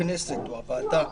שהכנסת או הוועדה